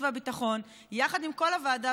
והיא כבר בכל מיני גלים,